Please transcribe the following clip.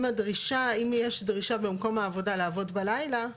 אם יש דרישה במקום העבודה לעבוד בלילה,